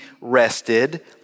rested